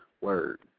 Word